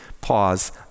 Pause